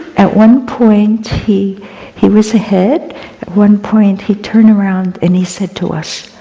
at one point, he he was ahead, at one point he turned around and he said to us,